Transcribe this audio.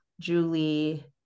Julie